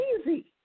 easy